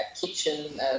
kitchen